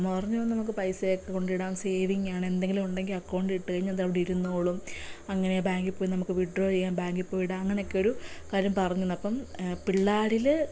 അമ്മ പറഞ്ഞു അത് നമുക്ക് പൈസയൊക്കെ കൊണ്ട് ഇടാം സേവിങ് ആണ് എന്തെങ്കിലും ഉണ്ടെങ്കിൽ അക്കൗണ്ടിലിട്ട് കഴിഞ്ഞാൽ അത് അവിടെ ഇരുന്നോളും അങ്ങനെ ബാങ്കിൽ പോയി നമുക്ക് വിഡ്രോ ചെയ്യാം ബാങ്കിൽ പോയിടാം അങ്ങനെയൊക്കെ ഒരു കാര്യം പറഞ്ഞ് തന്നു അപ്പം പിള്ളാരിൽ